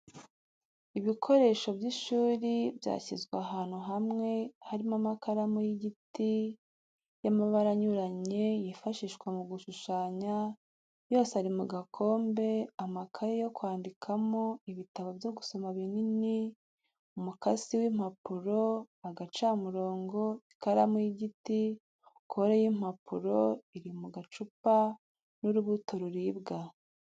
Ibikoresho by'ishuri byashyizwe ahantu hamwe harimo amakaramu y'igiti y'amabara anyuranye yifashishwa mu gushushanya yose ari mu gakombe, amakaye yo kwandikamo, ibitabo byo gusoma binini, umukasi w'impapuro, agacamurongo, ikaramu y'igiti, kore y'impapuro iri mu gacupa n'urubuto ruribwa.